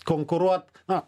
konkuruot na